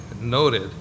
noted